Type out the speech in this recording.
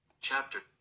Chapter